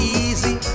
easy